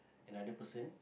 another person